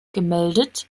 gemeldet